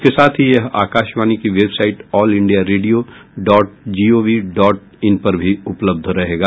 इसके साथ ही यह आकाशवाणी की website all India radio dot gov dot in पर भी उपलब्ध रहेगा